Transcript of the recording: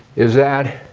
is that